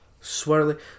Swirly